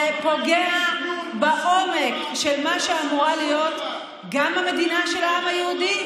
ופוגע בעומק של מה שאמורה להיות גם המדינה של העם היהודי,